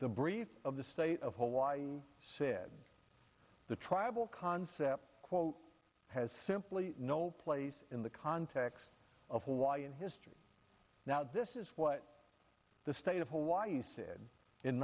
the brief of the state of hawaii said the tribal concept quote has simply no place in the context of hawaiian history now this is what the state of hawaii said in